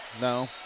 No